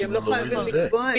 כי הרי הם לא חייבים לקבוע את זה.